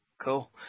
Cool